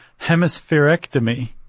hemispherectomy